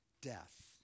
death